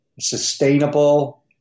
sustainable